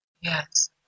Yes